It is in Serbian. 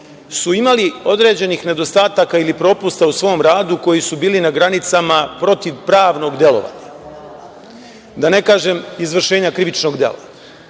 imali su određenih nedostataka ili propusta u svom radu koji su bili na granicama protiv pravnog delovanja, da ne kažem izvršenja krivičnog dela. Ne